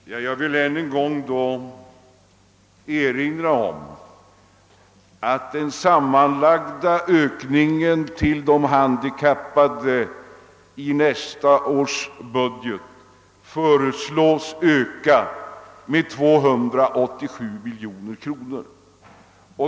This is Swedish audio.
Herr talman! Jag vill ännu en gång erinra om att den sammanlagda ökningen till de handikappade i nästa års budget föreslås uppgå till 287 miljoner kronor.